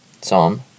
Psalm